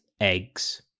eggs